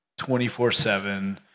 24-7